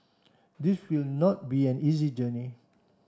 this will not be an easy journey